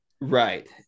right